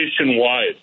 nationwide